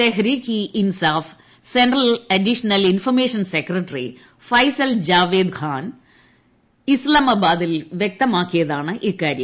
Tehreek e Insaf central additional information secretary Faisal Javed Khan ഇസ്സാമാബാദിൽ വ്യക്തമാക്കിയതാണ് ഇക്കാര്യം